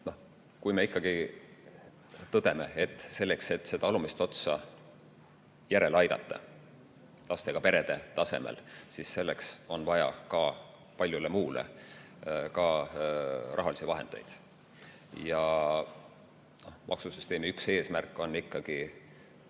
Kui me ikkagi tõdeme, et selleks, et seda alumist otsa järele aidata lastega perede tasemel, siis on vaja lisaks paljule muule ka rahalisi vahendeid. Ja maksusüsteemi üks eesmärk on ikkagi